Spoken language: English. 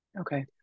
okay